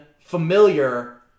familiar